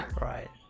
Right